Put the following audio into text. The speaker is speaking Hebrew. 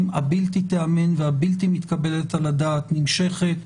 הבלתי תיאמן והבלתי מתקבלת על הדעת נמשכת,